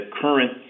current